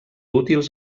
útils